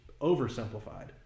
oversimplified